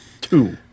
two